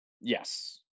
Yes